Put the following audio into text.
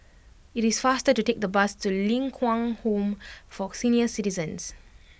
it is faster to take the bus to Ling Kwang Home for Senior Citizens